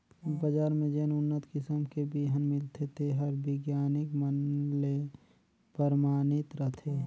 बजार में जेन उन्नत किसम के बिहन मिलथे तेहर बिग्यानिक मन ले परमानित रथे